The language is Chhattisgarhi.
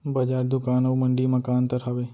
बजार, दुकान अऊ मंडी मा का अंतर हावे?